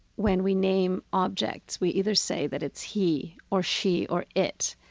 when we name objects, we either say that it's he or she or it,